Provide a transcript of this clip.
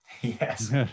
yes